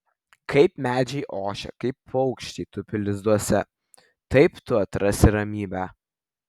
kaip medžiai ošia kaip paukščiai tupi lizduose taip tu atrasi ramybę